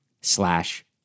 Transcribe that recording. slash